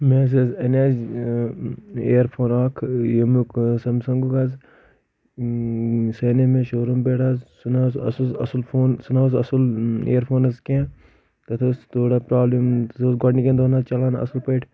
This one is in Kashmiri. مےٚ زیاز انیز ایر فون اکھ یمیُک سیم سنٛگُک حظ سُہ انے مے شو رُوم پٮ۪ٹھ حظ سُہ نہ حظ اصٕل فون سُہ نہ حظ اوس اصٕل ایر فون حظ کینٛہہ تتھ ٲس تھوڑا پرابلِم سُہ حظ اوس گۄڈٕنِکٮ۪ن دۄہن حظ چلان اصٕل پٲٹھۍ